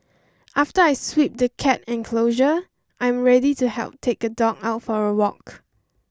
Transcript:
after I sweep the cat enclosure I am ready to help take a dog out for a walk